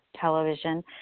television